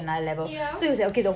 ya